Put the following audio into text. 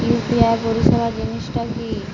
UPI পরিসেবা জিনিসটা কি?